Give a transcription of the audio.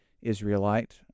Israelite